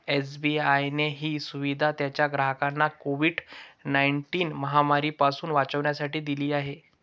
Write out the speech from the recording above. SBI ने ही सुविधा त्याच्या ग्राहकांना कोविड नाईनटिन महामारी पासून वाचण्यासाठी दिली आहे